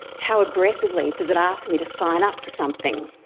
how aggressively does it ask me to sign up for something?